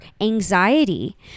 anxiety